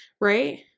right